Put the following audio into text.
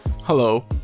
Hello